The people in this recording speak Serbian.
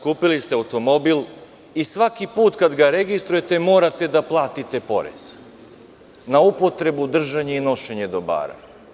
Kupili ste automobil i svaki put kada ga registrujete, morate da platite porez na upotrebu, držanje i nošenje dobara.